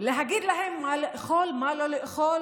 להגיד להם מה לאכול ומה לא לאכול?